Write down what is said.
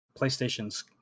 PlayStation's